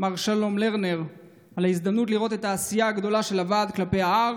מר שלום לרנר על ההזדמנות לראות את העשייה הגדולה של הוועד כלפי ההר.